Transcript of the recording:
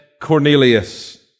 Cornelius